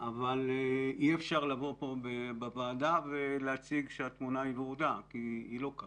אבל אי אפשר לבוא לכאן לוועדה ולהציג שהתמונה היא ורודה כי היא לא כך.